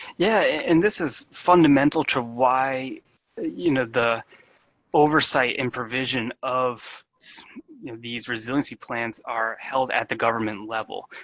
yeah, and this is fundamental to why you know the oversight and provision of these resiliency plans are held at the government level.